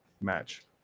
match